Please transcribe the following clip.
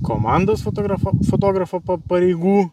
komandos fotografą fotografą p pareigų